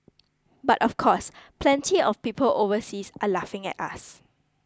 but of course plenty of people overseas are laughing at us